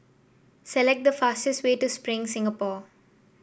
select the fastest way to Spring Singapore